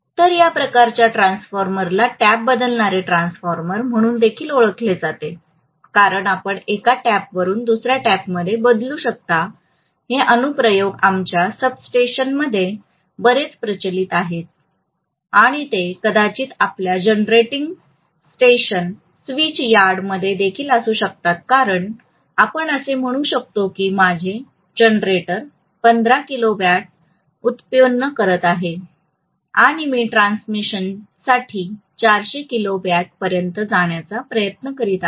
तर या प्रकारच्या ट्रान्सफॉर्मरला टॅप बदलणारे ट्रान्सफॉर्मर म्हणून देखील ओळखले जाते कारण आपण एका टॅपवरून दुसऱ्या टॅपमध्ये बदलू शकता हे अनुप्रयोग आमच्या सबस्टेशन्समध्ये बरेच प्रचलित आहेत आणि ते कदाचित आपल्या जनरेटिंग स्टेशन्स स्विच यार्डमध्ये देखील असू शकतात कारण आपण असे म्हणू शकता की माझे जनरेटर 15 किलोवॉल्ट व्युत्पन्न करत आहे आणि मी ट्रान्समिशनसाठी 400 किलोवॉल्ट पर्यंत जाण्याचा प्रयत्न करीत आहे